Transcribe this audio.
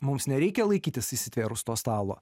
mums nereikia laikytis įsitvėrus to stalo